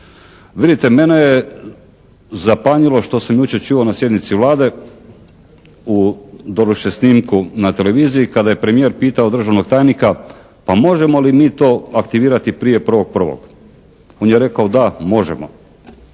Vidite mene je zapanjilo što sam jučer čuo na sjednici Vlade u doduše snimku na televiziji kada je premijer pitao državnog tajnika: "Pa možemo li mi to aktivirati prije 1.1.?" On je rekao: "Da, možemo."